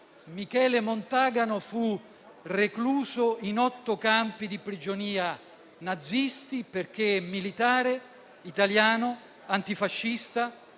Michele Montagano fu recluso in otto campi di prigionia nazisti, perché militare, italiano, antifascista.